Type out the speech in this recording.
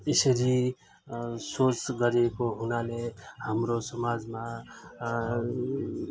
यसरी सोच गरेको हुनाले हाम्रो समाजमा